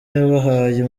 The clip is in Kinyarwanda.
yabahaye